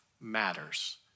matters